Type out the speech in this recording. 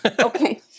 Okay